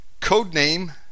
codename